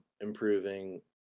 improving